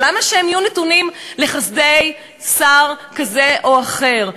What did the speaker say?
אבל למה שהם יהיו נתונים לחסדי שר כזה או אחר?